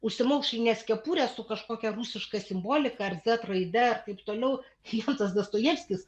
užsimaukšlinęs kepurę su kažkokia rusiška simbolika ar zet raide ir taip toliau jam tas dostojevskis